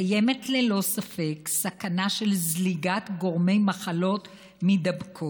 קיימת ללא ספק סכנה של זליגת גורמי מחלות מידבקות.